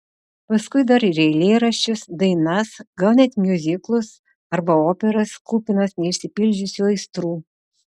paskui dar ir eilėraščius dainas gal net miuziklus arba operas kupinas neišsipildžiusių aistrų